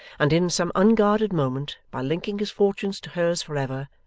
and in some unguarded moment, by linking his fortunes to hers forever,